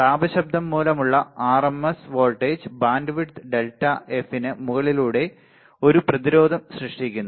താപ ശബ്ദം മൂലമുള്ള ആർഎംഎസ് വോൾട്ടേജ് ബാൻഡ്വിഡ്ത്ത് ഡെൽറ്റ എഫിന് മുകളിലൂടെ ഒരു പ്രതിരോധം സൃഷ്ടിക്കുന്നു